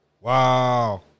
Wow